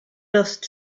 dust